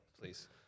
Please